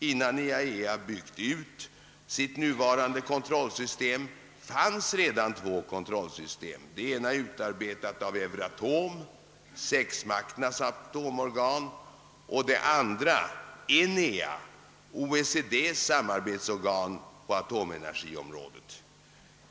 Innan IAEA byggt ut sitt nuvarande kontrollsystem fanns redan två kontrollsystem, det ena utarbetat av Euratom, .sexmakternas atomorgan, och det andra "av ENEA, OECD:s samarbetsorgan på atomenergiområdet.